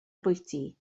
bwyty